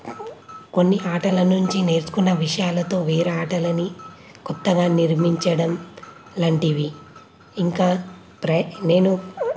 కొన్ని ఆటల నుంచి నేర్చుకున్న విషయాలతో వేరే ఆటలని క్రొత్తగా నిర్మించడం లాంటివి ఇంకా ప్ర నేను